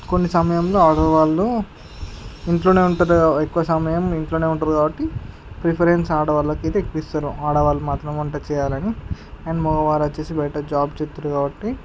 కొన్ని సమయములో ఆడవాళ్ళు ఇంట్లోనే ఉంటారు ఎక్కువ సమయం ఇంట్లోనే ఉంటారు కాబట్టి ప్రిఫరెన్స్ ఆడవాళ్ళకి అయితే ఎక్కువ ఇస్తారు ఆడవాళ్ళు మాత్రమే వంట చేయాలని అండ్ అని మగవారు వచ్చేసి బయట జాబ్ చేస్తారు కాబట్టి